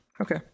Okay